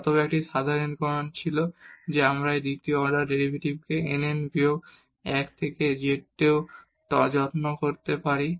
অথবা একটি সাধারণীকরণ ছিল যে আমরা এই দ্বিতীয় অর্ডার ডেরিভেটিভগুলিকে nn বিয়োগ 1 থেকে z তেও যত্ন করতে পারি